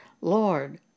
Lord